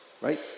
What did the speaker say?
right